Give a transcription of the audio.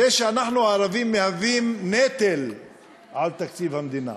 והוא שאנחנו, הערבים, מהווים נטל על תקציב המדינה,